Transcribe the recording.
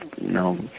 no